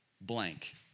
blank